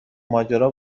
ماجرا